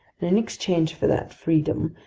and in exchange for that freedom,